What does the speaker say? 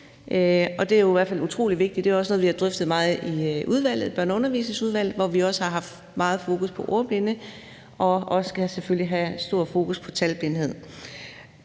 Det er jo i hvert fald utrolig vigtigt, og det er også noget, vi har drøftet meget i Børne- og Undervisningsudvalget, hvor vi også har haft meget fokus på ordblinde og selvfølgelig også skal have et stort fokus på talblindhed.